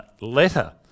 letter